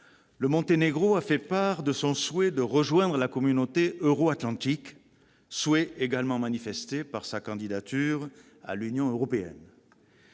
le Monténégro a fait part de son souhait de rejoindre la communauté euro-atlantique, souhait également manifesté par sa candidature à l'Union européenne.